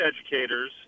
educators